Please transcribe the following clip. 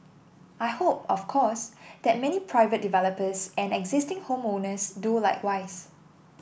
I hope of course that many private developers and existing home owners do likewise